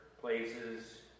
places